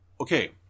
okay